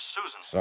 Susan